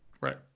Right